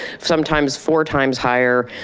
sometimes four times higher,